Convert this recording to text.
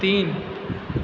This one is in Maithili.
तीन